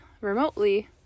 remotely